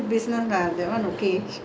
ya seven years lah